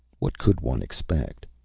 what could one expect?